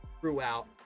throughout